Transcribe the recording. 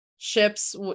Ships